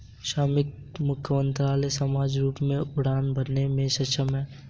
श्रमिक मधुमक्खी सामान्य रूप से उड़ान भरने में सक्षम हैं